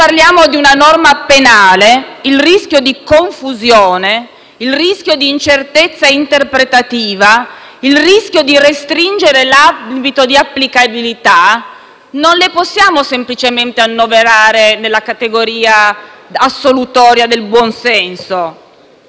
parliamo di una norma penale, il rischio di confusione, il rischio di incertezza interpretativa, il rischio di restringere l'ambito di applicabilità non possiamo semplicemente annoverarli nella categoria assolutoria del buon senso.